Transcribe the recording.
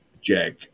Jack